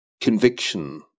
conviction